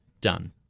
done